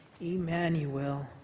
Emmanuel